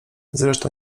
zresztą